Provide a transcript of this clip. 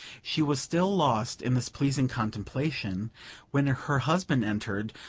she was still lost in this pleasing contemplation when her husband entered,